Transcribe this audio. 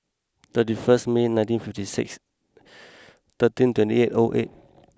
thirty first May nineteen fifty six thirteen twenty eight O eight